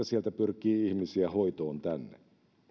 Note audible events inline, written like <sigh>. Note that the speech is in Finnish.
<unintelligible> sieltä pyrkii ihmisiä hoitoon tänne